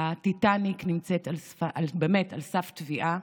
הטיטניק נמצאת באמת על סף טביעה,